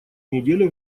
неделе